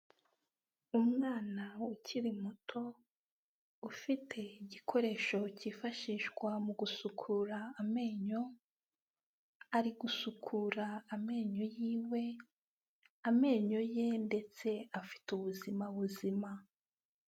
Umwana ukiri muto ufite igikoresho cyifashishwa mu gusukura amenyo, ari gusukura amenyo yiwe, amenyo ye ndetse afite ubuzima buzima.